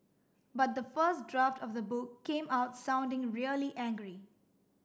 but the first draft of the book came out sounding really angry